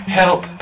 help